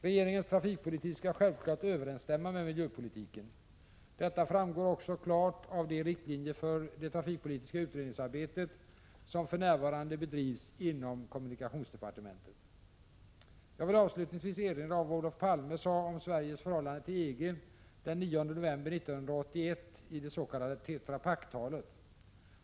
Regeringens trafikpolitik skall självfallet överensstämma med miljöpolitiken. Detta framgår också klart av de riktlinjer för det trafikpolitiska utredningsarbetet som för närvarande bedrivs inom kommunikationsdepartementet. Jag vill avslutningsvis erinra om vad Olof Palme sade om Sveriges förhållande till EG den 9 november 1981 i dets.k. Tetra Pak-talet.